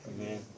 Amen